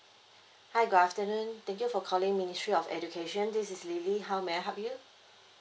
hi good afternoon thank you for calling ministry of education this is lily how may I help you